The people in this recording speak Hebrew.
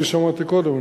כפי שאמרתי קודם,